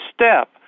step